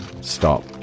Stop